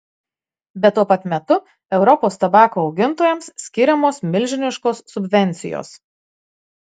bet tuo pat metu europos tabako augintojams skiriamos milžiniškos subvencijos